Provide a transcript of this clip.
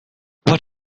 what